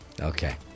Okay